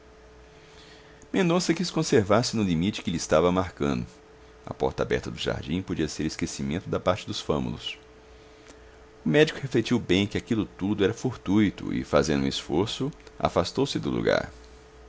silêncio mendonça quis conservar-se no limite que lhe estava marcado a porta aberta do jardim podia ser esquecimento da parte dos fâmulos o médico refletiu bem que aquilo tudo era fortuito e fazendo um esforço afastou-se do lugar